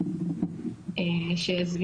זה מקום מאוד תומך לנשים,